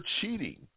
cheating